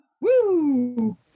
Woo